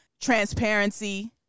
transparency